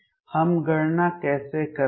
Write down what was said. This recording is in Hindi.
हम गणना कैसे करते हैं